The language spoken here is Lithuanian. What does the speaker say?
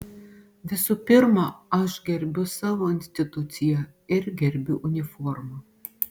visų pirma aš gerbiu savo instituciją ir gerbiu uniformą